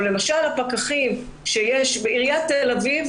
למשל בעיריית תל אביב,